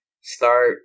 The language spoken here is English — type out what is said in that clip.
start